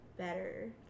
better